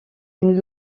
une